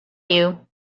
you